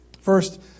First